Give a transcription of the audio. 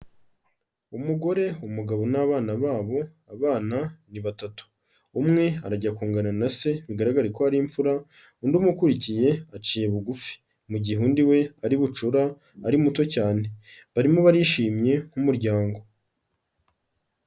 Umugore, umugabo n'abana babo, abana ni batatu, umwe arajya kungana na se bigaragara ko ari imfura, undi umukurikiye aciye bugufi, mu gihe undi we ari bucura ari muto cyane, barimo barishimye nk'umuryango.